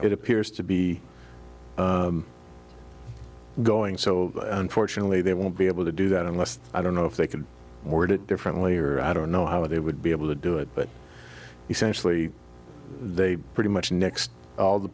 it appears to be going so unfortunately they won't be able to do that unless i don't know if they could word it differently or i don't know how they would be able to do it but essentially they pretty much next all the